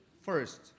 first